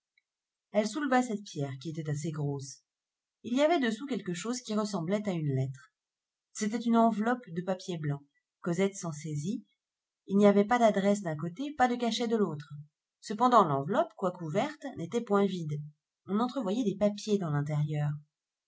elle souleva cette pierre qui était assez grosse il y avait dessous quelque chose qui ressemblait à une lettre c'était une enveloppe de papier blanc cosette s'en saisit il n'y avait pas d'adresse d'un côté pas de cachet de l'autre cependant l'enveloppe quoique ouverte n'était point vide on entrevoyait des papiers dans l'intérieur